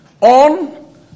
on